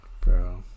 Bro